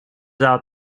out